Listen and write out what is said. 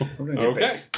Okay